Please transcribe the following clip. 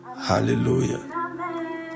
Hallelujah